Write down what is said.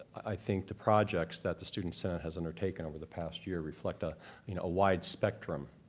i think the projects that the student senate has undertaken over the past year reflect a you know wide spectrum